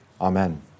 Amen